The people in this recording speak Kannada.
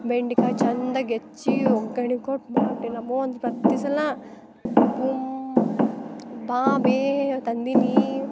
ಬೆಂಡಿಕಾಯಿ ಚಂದಗಿ ಹೆಚ್ಚಿ ಒಗ್ಗರಣೆ ಕೊಟ್ಟು ಮಾಡೀನಿ ನಮ್ಮವ್ವಾಂದ ಪ್ರತಿ ಸಲಾ ಬುಮ್ ಬಾಬೇ ಇವ ತಂದೀನಿ